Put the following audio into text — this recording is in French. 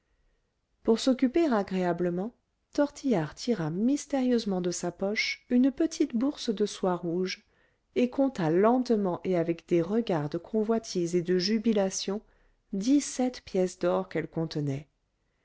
pour s'occuper agréablement tortillard tira mystérieusement de sa poche une petite bourse de soie rouge et compta lentement et avec des regards de convoitise et de jubilation dix-sept pièces d'or qu'elle contenait